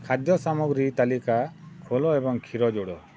ଖାଦ୍ୟ ସାମଗ୍ରୀ ତାଲିକା ଖୋଲ ଏବଂ କ୍ଷୀର ଯୋଡ଼